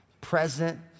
present